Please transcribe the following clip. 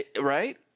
right